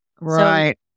Right